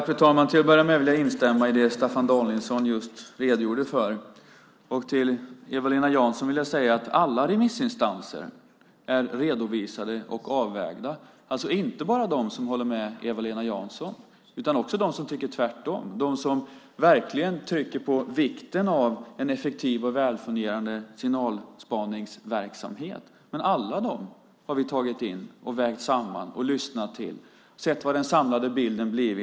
Fru talman! Jag vill instämma i det som Staffan Danielsson just redogjorde för. Till Eva-Lena Jansson vill jag säga att alla remissinstanser är redovisade och avvägda, inte bara de som håller med Eva-Lena Jansson utan också de som tycker tvärtom, de som verkligen trycker på vikten av en effektiv och välfungerande signalspaningsverksamhet. Vi har tagit in alla och vägt samman och lyssnat till dem och tittat på vad den samlade bilden blir.